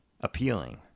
appealing